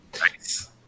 Nice